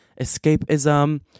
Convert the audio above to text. escapism